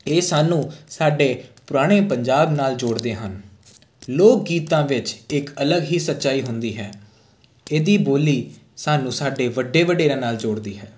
ਇਹ ਸਾਨੂੰ ਸਾਡੇ ਪੁਰਾਣੇ ਪੰਜਾਬ ਨਾਲ ਜੋੜਦੇ ਹਨ ਲੋਕ ਗੀਤਾਂ ਵਿੱਚ ਇੱਕ ਅਲਗ ਹੀ ਸੱਚਾਈ ਹੁੰਦੀ ਹੈ ਇਹਦੀ ਬੋਲੀ ਸਾਨੂੰ ਸਾਡੇ ਵੱਡੇ ਵਡੇਰਿਆਂ ਨਾਲ ਜੋੜਦੀ ਹੈ